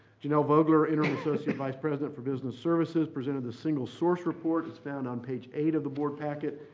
janelle vogler, interim associate vice president for business services, presented the single source report. it's found on page eight of the board packet.